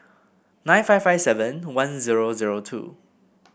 nine five five seven one zero zero two